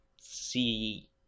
see